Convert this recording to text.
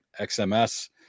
XMS